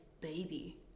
Baby